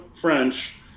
French